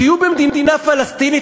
תהיו במדינה פלסטינית.